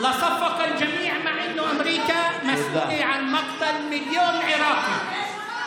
למרות שארצות הברית אחראית להרג מיליון עיראקים במלחמה בעיראק.